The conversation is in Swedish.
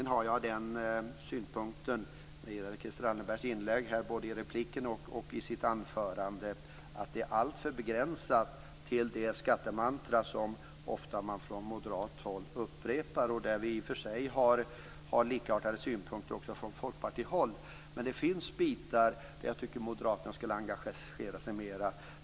När det gäller både Christel Anderbergs anförande och inlägg i repliken anser jag att det är alltför begränsat till det skattemantra som man från moderat håll ofta upprepar. Vi från Folkpartiet har i och för sig likartade synpunkter, men det finns bitar där moderaterna borde engagera sig mera.